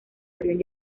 avión